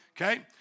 Okay